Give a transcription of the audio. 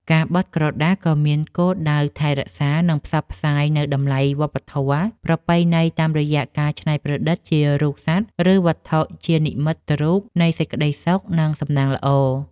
ការបត់ក្រដាសក៏មានគោលដៅថែរក្សា និងផ្សព្វផ្សាយនូវតម្លៃវប្បធម៌ប្រពៃណីតាមរយៈការច្នៃប្រឌិតជារូបសត្វ ឬវត្ថុជានិមិត្តរូបនៃសេចក្ដីសុខ និងសំណាងល្អ។